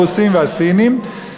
הרוסים והסינים,